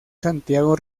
santiago